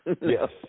Yes